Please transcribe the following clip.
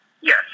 Yes